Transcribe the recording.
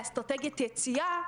לאסטרטגיית יציאה,